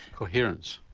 coherence?